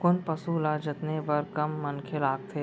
कोन पसु ल जतने बर कम मनखे लागथे?